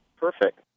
Perfect